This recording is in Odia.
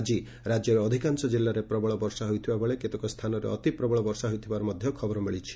ଆଜି ରାଜ୍ୟର ଅଧିକାଂଶ ଜିଲ୍ଲାରେ ପ୍ରବଳ ବର୍ଷା ହୋଇଥିବା ବେଳେ କେତେକ ସ୍ଚାନରେ ଅତିପ୍ରବଳ ବର୍ଷା ହୋଇଥିବାର ଖବର ମିଳିଛି